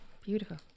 Beautiful